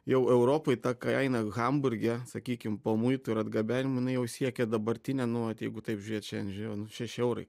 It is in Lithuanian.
jau europoj ta kaina hamburge sakykim po muitų ir atgabenimų jinai jau siekia dabartinė nu vat jeigu taip žiūrėt šian žiūrėjau nu šeši eurai